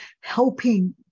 helping